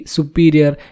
Superior